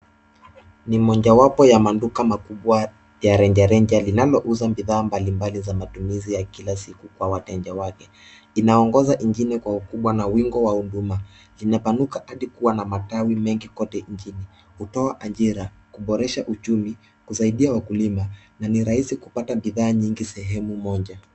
Ni mojawapo ya maduka ya rejareja linalouza bidhaa mbalimbali za matumizi ya kila siku kwa wateja wake. Inaongoja nchini kwa ukubwa na wingi wa huduma. Linapanuka hadi kuwa na matawi mengi kote nchini, hutoa ajira, kuboresha uchumi, kusaidia wakulima na ni rahisi kupata bidhaa nyingi sehemu moja.